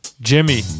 Jimmy